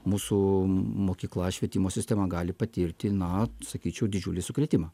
mūsų mokykla švietimo sistema gali patirti na sakyčiau didžiulį sukrėtimą